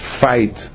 fight